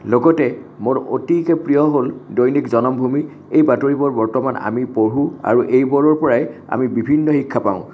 লগতে মোৰ অতিকৈ প্ৰিয় হ'ল দৈনিক জনমভূমি এই বাতৰিবোৰ বৰ্তমান আমি পঢ়ো আৰু এইবোৰৰ পৰাই আমি বিভিন্ন শিক্ষা পাওঁ